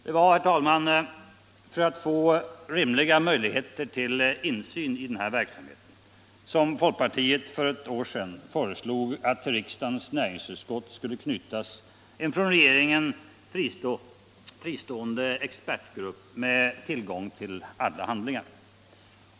Det var, herr talman, för att få rimliga möjligheter till insyn i den här verksamheten som folkpartiet för ett år sedan föreslog att till riksdagens näringsutskott skulle knytas en från regeringen fristående expertgrupp med tillgång till alla handlingar.